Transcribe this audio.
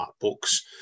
books